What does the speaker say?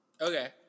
okay